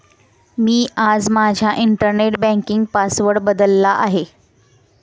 मी आज माझा internet banking password बदलला आहे